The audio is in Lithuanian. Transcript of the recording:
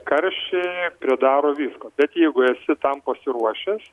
karščiai pridaro visko bet jeigu esi tam pasiruošęs